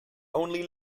only